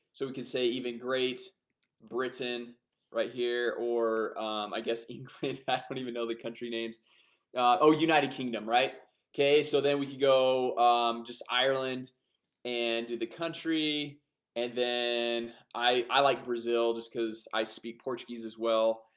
so we could say even great britain right here, or i guess in clinton but even though the country names oh united kingdom right okay so then we could go just ireland and do the country and then i like brazil just because i speak portuguese as well